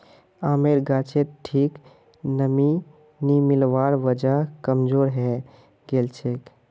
आमेर गाछोत ठीक नमीं नी मिलवार वजह कमजोर हैं गेलछेक